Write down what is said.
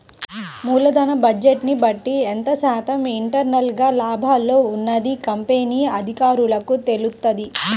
మూలధన బడ్జెట్ని బట్టి ఎంత శాతం ఇంటర్నల్ గా లాభాల్లో ఉన్నది కంపెనీ అధికారులకు తెలుత్తది